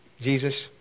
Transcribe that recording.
Jesus